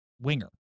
winger